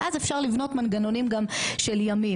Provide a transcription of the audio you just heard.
ואז אפשר לבנות מנגנונים גם של ימים,